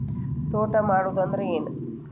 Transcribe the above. ತೋಟ ಮಾಡುದು ಅಂದ್ರ ಏನ್?